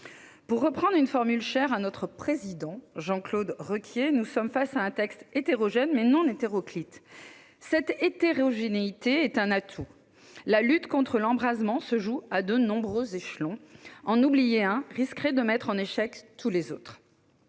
Pour reprendre une formule chère au président de notre groupe, Jean-Claude Requier, nous sommes face à un texte hétérogène, mais non hétéroclite. Cette hétérogénéité est un atout : la lutte contre l'embrasement se joue à de nombreux échelons. En oublier un risquerait de mettre en échec tous les autres.